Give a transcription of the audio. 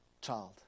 child